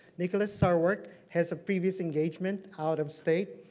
nicholas sarwark has a previous engagement out of state,